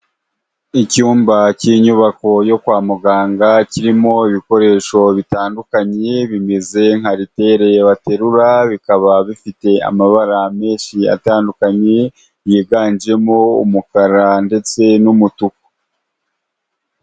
Icyumba cy'inyubako yo kwa muganga, kirimo ibikoresho bitandukanye, bimeze nka aritere baterura, bikaba bifite amabara menshi atandukanye, yiganjemo umukara ndetse n'umutuku.